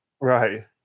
right